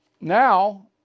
now